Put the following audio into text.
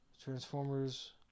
Transformers